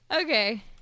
Okay